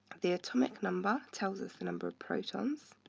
the atomic number tells us the number of protons